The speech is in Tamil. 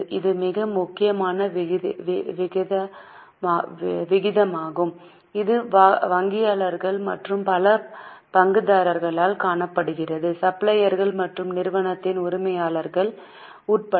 இது மிக முக்கியமான விகிதமாகும் இது வங்கியாளர்கள் மற்றும் பல பங்குதாரர்களால் காணப்படுகிறது சப்ளையர்கள் மற்றும் நிறுவனத்தின் உரிமையாளர்கள் உட்பட